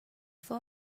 fou